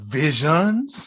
visions